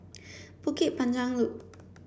Bukit Panjang Loop